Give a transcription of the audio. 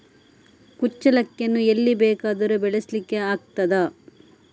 ಕುಚ್ಚಲಕ್ಕಿಯನ್ನು ಎಲ್ಲಿ ಬೇಕಾದರೂ ಬೆಳೆಸ್ಲಿಕ್ಕೆ ಆಗ್ತದ?